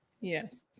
Yes